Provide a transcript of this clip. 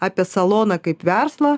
apie saloną kaip verslą